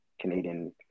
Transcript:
Canadian